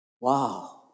Wow